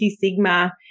sigma